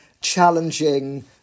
challenging